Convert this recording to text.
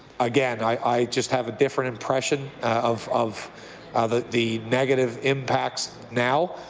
again, i just have a different impression of of ah the the negative impacts now.